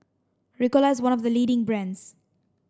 Ricola is one of the leading brands